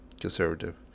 conservative